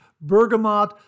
bergamot